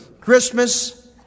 Christmas